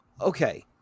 Okay